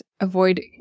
avoid